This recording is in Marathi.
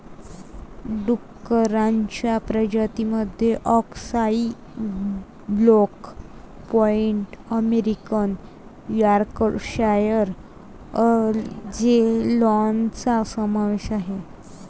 डुक्करांच्या प्रजातीं मध्ये अक्साई ब्लॅक पाईड अमेरिकन यॉर्कशायर अँजेलॉनचा समावेश आहे